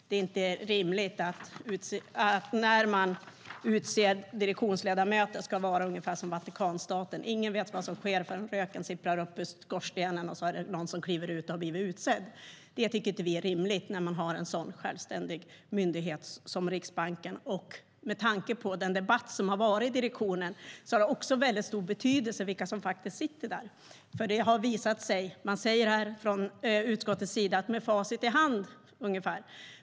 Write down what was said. Det är inte rimligt att det ska vara ungefär som i Vatikanstaten när man utser direktionsledamöter: Ingen vet vad som sker förrän röken sipprar upp genom skorstenen och någon som har blivit utsedd kliver ut. Det tycker vi inte är rimligt för en sådan självständig myndighet som Riksbanken. Och med tanke på den debatt som har varit i direktionen har det också stor betydelse vilka som sitter där. Utskottet säger ungefär: med facit i hand.